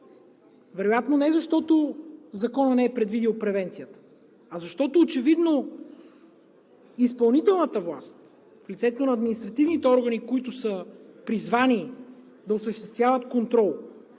Вероятно не защото Законът не е предвидил превенцията, а защото очевидно изпълнителната власт в лицето на административните органи, които са призвани да осъществяват контрол